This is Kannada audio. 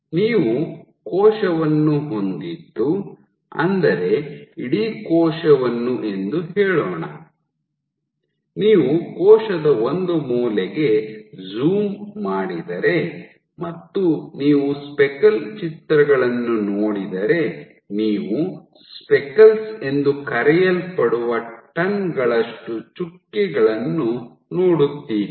ನೀವು ಕೋಶವನ್ನು ಹೊಂದಿದ್ದು ಅಂದರೆ ಇಡೀ ಕೋಶವನ್ನು ಎಂದು ಹೇಳೋಣ ನೀವು ಕೋಶದ ಒಂದು ಮೂಲೆಗೆ ಝುಮ್ ಮಾಡಿದರೆ ಮತ್ತು ನೀವು ಸ್ಪೆಕಲ್ ಚಿತ್ರಗಳನ್ನು ನೋಡಿದರೆ ನೀವು ಸ್ಪೆಕಲ್ಸ್ ಎಂದು ಕರೆಯಲ್ಪಡುವ ಟನ್ ಗಳಷ್ಟು ಚುಕ್ಕೆಗಳನ್ನು ನೋಡುತ್ತೀರಿ